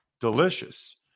Delicious